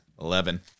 Eleven